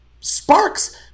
sparks